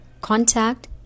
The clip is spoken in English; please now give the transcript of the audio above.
contact